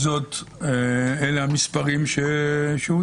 לפי הנתונים שיש לנו כרגע,